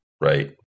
Right